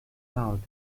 out